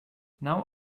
now